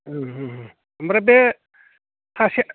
ओमफ्राय बे सासेया